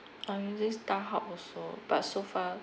I'm using starhub also but so far